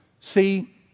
See